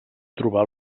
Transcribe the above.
trobar